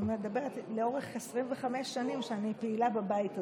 אני מדברת על לאורך 25 שנים שאני פעילה בבית הזה,